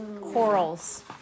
Corals